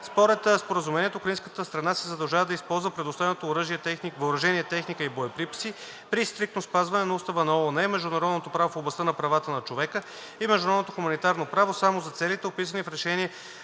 Според Споразумението украинската страна се задължава да използва предоставеното въоръжение, техника и боеприпаси при стриктно спазване на Устава на ООН, международното право в областта на правата на човека и международното хуманитарно право само за целите, описани в Решение